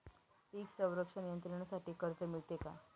पीक संरक्षण यंत्रणेसाठी कर्ज मिळते का?